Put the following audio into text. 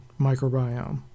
microbiome